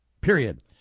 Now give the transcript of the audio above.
Period